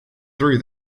through